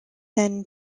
then